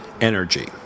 Energy